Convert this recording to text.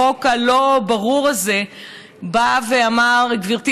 החוק הלא-ברור הזה בא ואמר: גברתי,